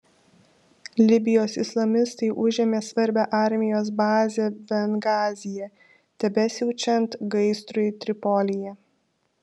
libijos islamistai užėmė svarbią armijos bazę bengazyje tebesiaučiant gaisrui tripolyje